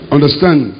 Understand